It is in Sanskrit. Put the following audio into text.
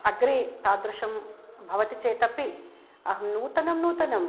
अग्रे तादृशं भवति चेत् अपि अहं नूतनं नूतनं